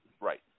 Right